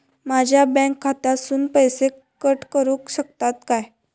माझ्या बँक खात्यासून पैसे कट करुक शकतात काय?